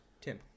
Tim